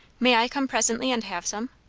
may i come presently and have some?